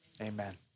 amen